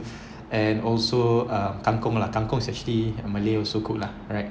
and also uh kangkung lah kangkung is actually malay also cook lah right